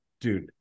Dude